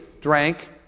drank